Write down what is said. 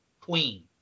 queen